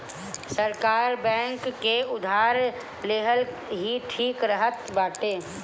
सरकारी बैंक से उधार लेहल ही ठीक रहत बाटे